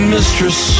Mistress